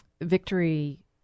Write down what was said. victory